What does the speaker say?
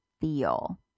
feel